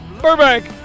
Burbank